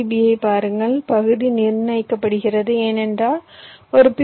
பியைப் பாருங்கள் பகுதி நிர்ணயிக்கப்படுகிறது ஏனென்றால் ஒரு பி